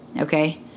okay